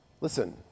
Listen